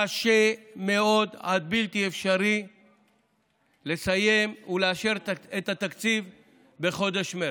קשה מאוד עד בלתי אפשרי לסיים ולאשר את התקציב בחודש מרץ.